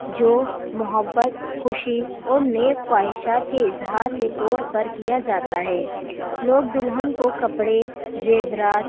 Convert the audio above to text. جو محبت خوشی اور نیک خواہشات کے اظہار کے طور پر کیا جاتا ہے لوگ دلہن کو کپڑے زیورات